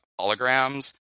holograms